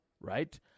right